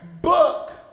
book